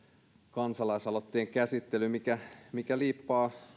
kansalaisaloitteen käsittely mikä liippaa